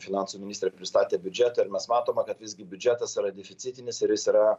finansų ministrė pristatė biudžetą ir mes matome kad visgi biudžetas yra deficitinis ir jis yra